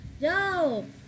Yo